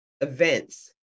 events